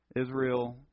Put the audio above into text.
Israel